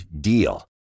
DEAL